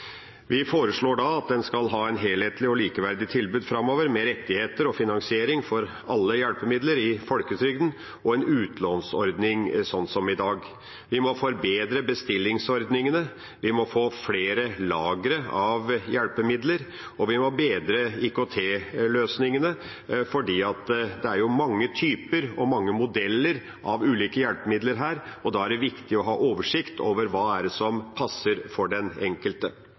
Vi foreslår at en skal ha et helhetlig og likeverdig tilbud framover med rettigheter og finansiering for alle hjelpemidler i Folketrygden og en utlånsordning sånn som i dag. Vi må forbedre bestillingsordningene, vi må få flere lagre av hjelpemidler, og vi må bedre IKT-løsningene, for det er mange typer og mange modeller av ulike hjelpemidler her, og da er det viktig å ha oversikt over hva som passer for den enkelte.